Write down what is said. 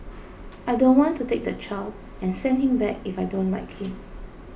I don't want to take the child and send him back if I don't like him